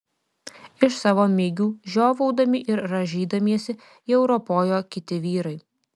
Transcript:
iš savo migių žiovaudami ir rąžydamiesi jau ropojo kiti vyrai